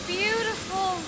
beautiful